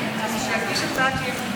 חבריי חברי הכנסת,